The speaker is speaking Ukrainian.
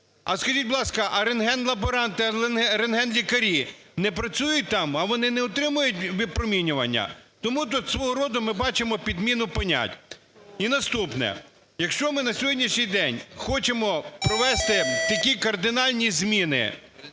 А скажіть, будь ласка, а рентген-лаборанти, рентген-лікарі не працюють там? А вони не отримують випромінювання? Тому тут свого роду ми бачимо підміну понять. І наступне. Якщо ми на сьогоднішній день хочемо провести такі кардинальні зміни